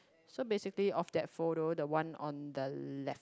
so basically of that photo the one on the left